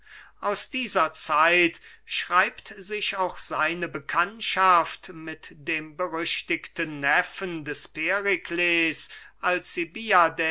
aus dieser zeit schreibt sich auch seine bekanntschaft mit dem berüchtigten neffen des perikles alcibiades